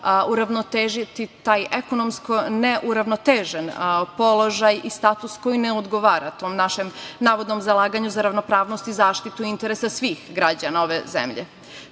uravnotežiti taj ekonomsko neuravnotežen položaj i status koji ne odgovara tom našem navodnom zalaganju za ravnopravnost i zaštitu interesa svih građana ove zemlje.